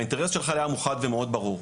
האינטרס של חיל הים הוא חד ומאוד ברור.